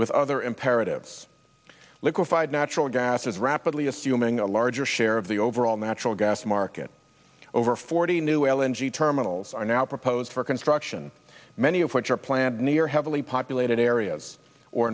with other imperatives liquefied natural gas as rapidly assuming a larger share of the overall natural gas market over forty new l n g terminals are now proposed for construction many of which are planned near heavily populated areas or